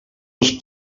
els